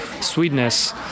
sweetness